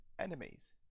enemies